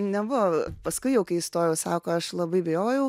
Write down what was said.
nebuvo paskui jau kai įstojau sako aš labai bijojau